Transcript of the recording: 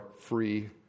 free